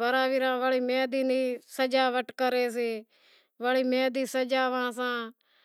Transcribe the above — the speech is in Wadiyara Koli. بھراواساں وڑی میندیوں نی سجاوٹ کرے سے